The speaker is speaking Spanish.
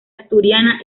asturiana